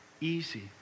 Easy